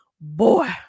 Boy